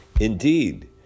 Indeed